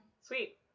Sweet